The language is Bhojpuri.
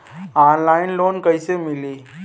ऑनलाइन लोन कइसे मिली?